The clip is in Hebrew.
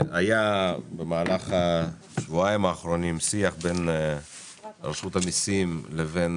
במהלך השבועיים האחרונים היה שיח בין רשות המיסים לבין